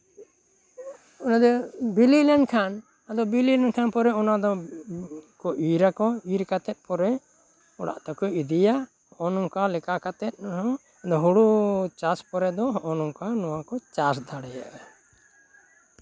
ᱢᱟᱱᱮ ᱵᱤᱞᱤ ᱞᱮᱱᱠᱷᱟᱱ ᱵᱤᱞᱤ ᱞᱮᱱᱠᱷᱟᱱ ᱯᱚᱨᱮ ᱚᱱᱟ ᱫᱚ ᱤᱨ ᱟᱠᱚ ᱤᱨ ᱠᱟᱛᱮᱜ ᱯᱚᱨᱮ ᱚᱲᱟᱜ ᱛᱮᱠᱚ ᱤᱫᱤᱭᱟ ᱱᱚᱝᱠᱟ ᱞᱮᱠᱟ ᱠᱟᱛᱮᱜ ᱦᱳᱲᱳ ᱪᱟᱥ ᱯᱚᱨᱮ ᱫᱚ ᱦᱚᱜᱼᱚᱭ ᱱᱚᱝᱠᱟ ᱠᱚ ᱪᱟᱥ ᱫᱟᱲᱮᱭᱟᱜᱼᱟ